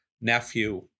nephew